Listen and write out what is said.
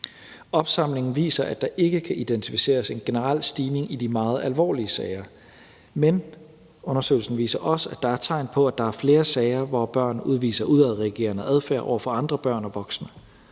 Opsamlingen viser, at der ikke kan identificeres en generel stigning i de meget alvorlige sager, men undersøgelsen viser også, at der er tegn på, at der er flere sager, hvor børn udviser udadreagerende adfærd over for andre børn og voksne.